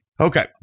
Okay